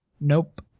Nope